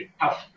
tough